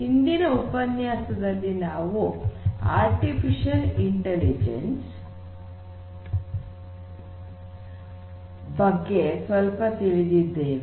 ಹಿಂದಿನ ಉಪನ್ಯಾಸದಲ್ಲಿ ನಾವು ಆರ್ಟಿಫಿಷಿಯಲ್ ಇಂಟೆಲಿಜೆನ್ಸ್ ಬಗ್ಗೆ ಸ್ವಲ್ಪ ತಿಳಿದಿದ್ದೇವೆ